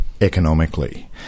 economically